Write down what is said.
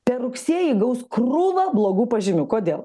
per rugsėjį gaus krūvą blogų pažymių kodėl